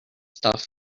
stuff